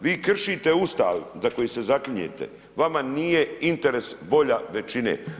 Vi kršite Ustav za koji se zaklinjete, vama nije interes volja većine.